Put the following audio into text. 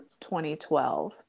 2012